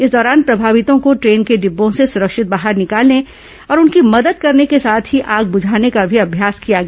इस दौरान प्रभावितों को द्रेन के डिब्बों से सुरक्षित बाहर निकालने और उनकी मदद करने के साथ ही आग बुझाने का भी अभ्यास किया गया